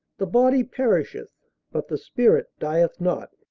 the body perisheth but the spirit dieth not.